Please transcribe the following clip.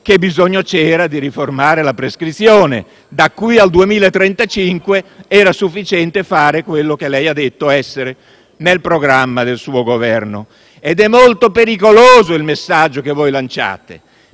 che bisogno c'era di riformare la prescrizione. Da qui al 2035 sarebbe stato sufficiente fare quello che lei ha detto essere nel programma del suo Governo. Ed è molto pericoloso il messaggio che lanciate